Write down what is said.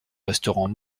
restaurant